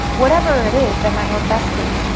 whatever it is that might work best for you.